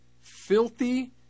filthy